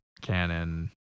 canon